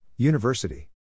University